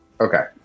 Okay